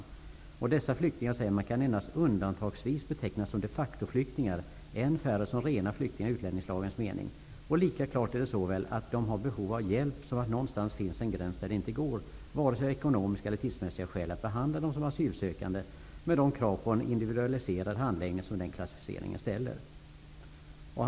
Han skriver vidare att dessa flyktingar ''endast undantagsvis kommer att kunna betecknas som de-facto, än färre som ''rena' flyktingar i utlänningslagens mening, lika klart är det såväl att de har behov av hjälp som att någonstans finns en gräns där det inte går --- vare sig av ekonomiska eller tidsmässiga skäl --- att behandla dem som asylsökande med de krav på en individualiserad handläggning som den klassificeringen f.n. ställer.''